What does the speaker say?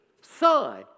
son